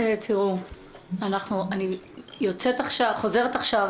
אני חוזרת עכשיו